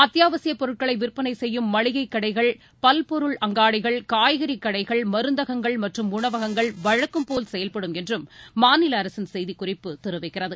அத்தியாவசியப் பொருட்கள் விற்பனை செய்யும் மளிகைக் கடைகள் பல்பொருள் அங்காடிகள் காய்கறிக் கடைகள் மருந்தகங்கள் மற்றும் உணவகங்கள் வழக்கம்போல் செயல்படும் என்றும் மாநில அரசின் செய்திக் குறிப்பு தெரிவிக்கிறது